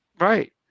Right